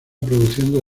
produciendo